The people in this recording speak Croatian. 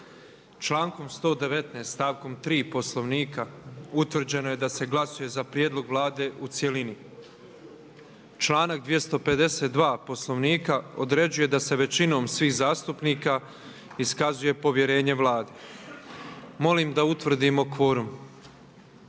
Člankom 119. stavkom 3. Poslovnika utvrđeno je da se glasuje za prijedlog Vlade u cjelini. Članak 252. Poslovnika određuje da se većinom svih zastupnika iskazuje povjerenje Vladi. Molim da utvrdimo kvorum.